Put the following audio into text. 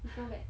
it's not bad